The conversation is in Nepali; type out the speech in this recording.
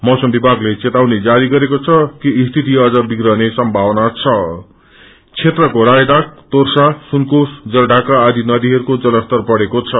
मौसम विभागले चेतावनी जारी गरेको छ कि स्थिति अझ बिप्रने सम्भावना छं क्षेत्रको रायडक तोर्षा सुनकोश जलाढ़ाका आदि नदीहरूको जलस्तर बढ़ेको छ